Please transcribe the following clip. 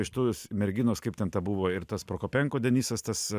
iš tos merginos kaip ten ta buvo ir tas prokopenko denisas tas